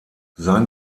sein